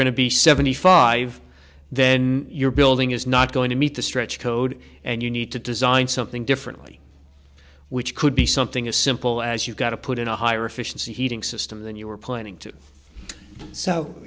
to be seventy five then your building is not going to meet the stretch code and you need to design something differently which could be something as simple as you got to put in a higher efficiency heating system than you were planning to so